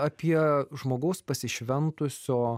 apie žmogaus pasišventusio